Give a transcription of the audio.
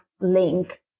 link